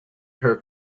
her